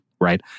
right